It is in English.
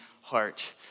heart